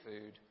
food